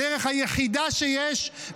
הדרך היחידה שיש,